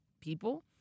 people